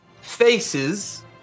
faces